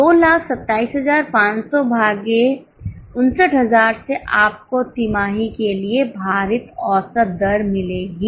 227500 भागे 59000 से आपको तिमाही के लिए भारित औसत दर मिलेगी